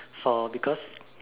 for because